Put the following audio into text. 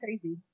crazy